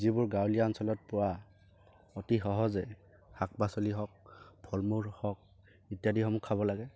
যিবোৰ গাঁৱলীয়া অঞ্চলত পোৱা অতি সহজে শাক পাচলি হওক ফল মূল হওক ইত্যাদিসমূহ খাব লাগে